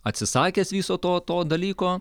atsisakęs viso to to dalyko